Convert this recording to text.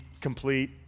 complete